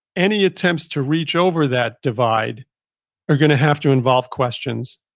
any attempts to reach over that divide are going to have to involve questions.